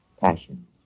Passion